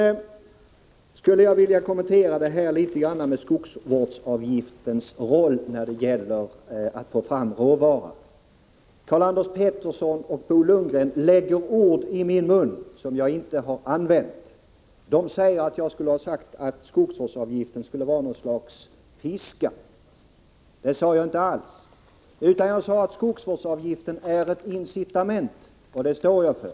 Jag skulle sedan gärna vilja kommentera det som sagts om skogsvårdsavgiftens roll när det gäller att få fram råvara. Karl-Anders Petersson och Bo Lundgren lägger ord i min mun som jag inte har använt. Jag skulle enligt dem ha sagt att skogsvårdsavgiften verkar som något slags ”piska”. Det sade jag inte. Jag sade att skogsvårdsavgiften är ett incitament, och det står jag för.